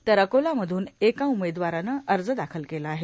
तर अकोला मधून एका उमेदवारांने अर्ज दाखल केला आहे